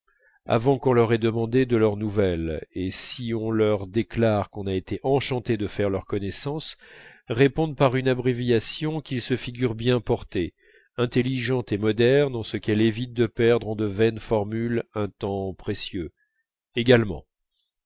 avant qu'on leur ait demandé de leurs nouvelles et si on leur déclare qu'on a été enchanté de faire leur connaissance répondent par une abréviation qu'ils se figurent bien portée intelligente et moderne en ce qu'elle évite de perdre en de vaines formules un temps précieux également